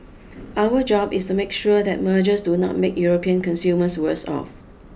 our job is to make sure that mergers do not make European consumers worse off